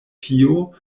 tio